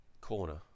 corner